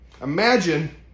Imagine